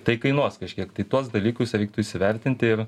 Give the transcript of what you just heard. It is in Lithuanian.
tai kainuos kažkiek tai tuos dalykus reiktų įsivertinti ir